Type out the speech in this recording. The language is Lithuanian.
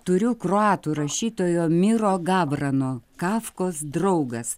turiu kroatų rašytojo miro gavrano kafkos draugas